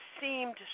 seemed